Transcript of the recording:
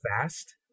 fast